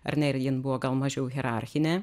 ar ne ir jin buvo gal mažiau hierarchinė